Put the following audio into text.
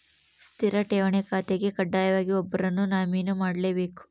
ಸ್ಥಿರ ಠೇವಣಿ ಖಾತೆಗೆ ಕಡ್ಡಾಯವಾಗಿ ಒಬ್ಬರನ್ನು ನಾಮಿನಿ ಮಾಡ್ಲೆಬೇಕ್